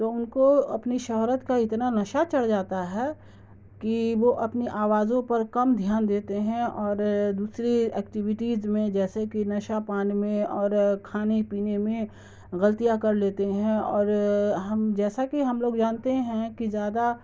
تو ان کو اپنی شہرت کا اتنا نشہ چڑھ جاتا ہے کہ وہ اپنی آوازوں پر کم دھیان دیتے ہیں اور دوسری ایکٹیویٹیز میں جیسے کہ نشہ پان میں اور کھانے پینے میں غلطیاں کر لیتے ہیں اور ہم جیسا کہ ہم لوگ جانتے ہیں کہ زیادہ